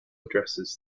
addresses